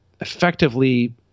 effectively